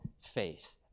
faith